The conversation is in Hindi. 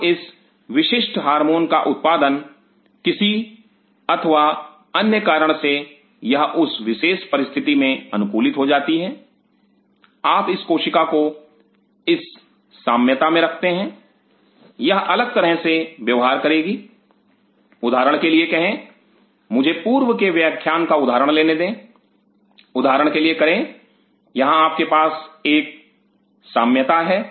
अब इस विशिष्ट हार्मोन का उत्पादन किसी अथवा अन्य कारण से यह उस विशेष परिस्थिति में अनुकूलित हो जाती है आप इस कोशिका को इस साम्यता में रखते हैं यह अलग तरह से व्यवहार करेगी उदाहरण के लिए कहे मुझे पूर्व के व्याख्यान का उदाहरण लेने दें उदाहरण के लिए करें यहां आपके पास एक साम्यता है